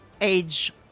age